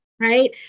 Right